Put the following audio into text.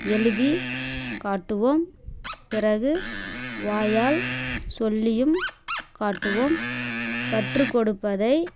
எழுதி காட்டுவோம் பிறகு வாயால் சொல்லியும் காட்டுவோம் கற்றுக் கொடுப்பதை